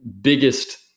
biggest